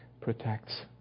protects